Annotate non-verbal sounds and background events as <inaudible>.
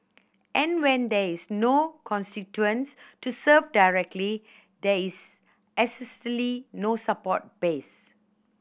and when there is no constituents to serve directly there is <unintelligible> no support base